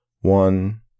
one